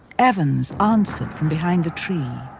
evans answered from behind the tree.